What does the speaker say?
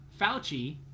Fauci